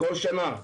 כל שנה.